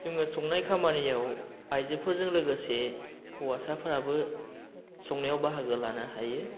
जोङो संनाय खामानियाव आइजोफोरजों लोगोसे हौवासाफ्राबो संनायाव बाहागो लानो हायो